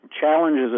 challenges